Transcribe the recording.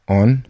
on